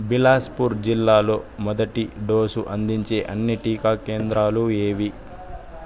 బిలాస్పూర్ జిల్లాలో మొదటి డోసు అందించే అన్ని టీకా కేంద్రాలు ఏవి